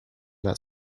that